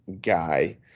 guy